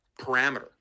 parameter